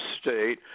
state